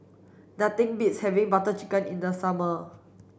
nothing beats having Butter Chicken in the summer